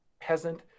peasant